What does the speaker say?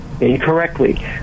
incorrectly